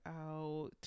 out